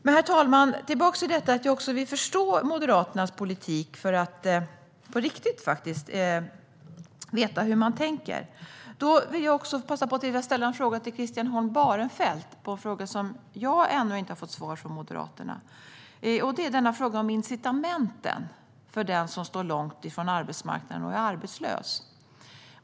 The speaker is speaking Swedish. Men, herr talman, jag kommer tillbaka till att jag också vill förstå Moderaternas politik för att på riktigt veta hur man tänker. Då vill jag passa på att ställa en fråga till Christian Holm Barenfeld. Det är en fråga som jag ännu inte har fått svar på från Moderaterna. Det är frågan om incitamenten för den som står långt från arbetsmarknaden och som är arbetslös.